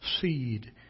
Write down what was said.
seed